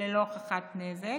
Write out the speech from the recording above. ללא הוכחת נזק.